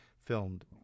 filmed